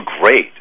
great